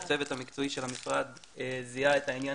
הצוות המקצועי של המשרד זיהה את העניין